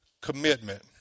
commitment